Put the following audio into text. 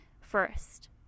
first